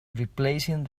replacing